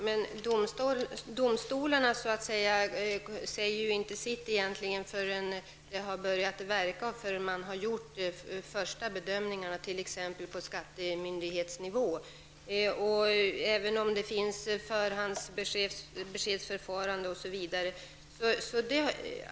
Herr talman! Domstolarna säger egentligen inte sitt förrän efter det man gjort de första bedömningarna på t.ex. skattemyndighetsnivån, även om det finns ett förfarande med förhandsbesked.